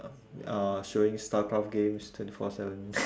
uh showing starcraft games twenty four seven